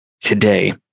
today